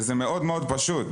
וזה מאוד מאוד פשוט.